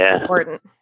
important